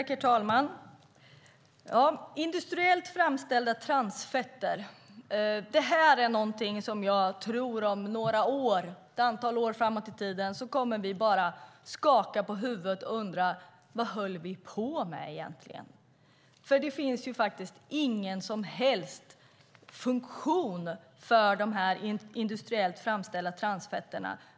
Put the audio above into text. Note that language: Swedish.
Herr talman! Industriellt framställda transfetter är något som jag tror att vi ett antal år framåt i tiden bara kommer att skaka på huvudet åt och undra: Vad höll vi på med egentligen? Det finns faktiskt ingen som helst funktion för de här industriellt framställda transfetterna.